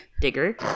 digger